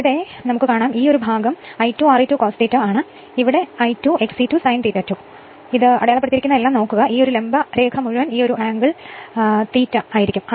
അതിനാൽ ഈ ഭാഗം I2 Re2 cos ∅2 ആണ് ഇവിടെ നിന്ന് ഇവിടെ നിന്ന് I2 XE2 sin ∅2 ആണ് ഞാൻ അടയാളപ്പെടുത്തിയതെല്ലാം നോക്കുക ഈ ലംബ വരി മുഴുവൻ ഈ ആംഗിൾ is ആണ്